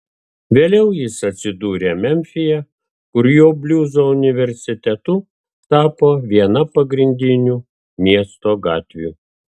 vėliau jis atsidūrė memfyje kur jo bliuzo universitetu tapo viena pagrindinių miesto gatvių